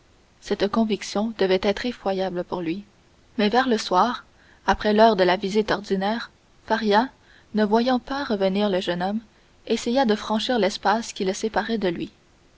cette conviction devait être effroyable pour lui mais vers le soir après l'heure de la visite ordinaire faria ne voyant pas revenir le jeune homme essaya de franchir l'espace qui le séparait de lui